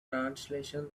translation